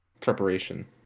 preparation